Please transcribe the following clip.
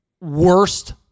worst